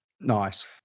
Nice